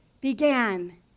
began